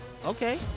okay